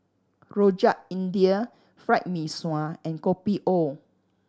Rojak India Fried Mee Sua and Kopi O